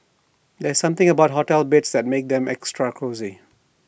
there's something about hotel beds that makes them extra cosy